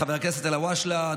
חבר הכנסת אלהואשלה,